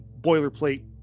boilerplate